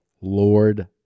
Lord